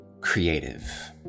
creative